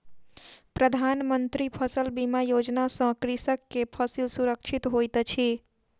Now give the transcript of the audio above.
प्रधान मंत्री फसल बीमा योजना सॅ कृषक के फसिल सुरक्षित होइत अछि